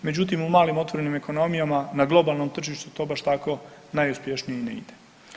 Međutim u malim otvorenim ekonomijama na globalnom tržištu to baš tako najuspješnije i ne ide.